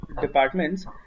departments